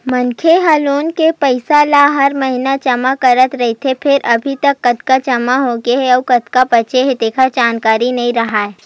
मनखे ह लोन के पइसा ल हर महिना जमा करत रहिथे फेर अभी तक कतका जमा होगे अउ कतका बाचे हे तेखर जानकारी नइ राखय